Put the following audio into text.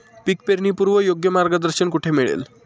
पीक पेरणीपूर्व योग्य मार्गदर्शन कुठे मिळेल?